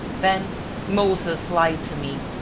then moses lied to me.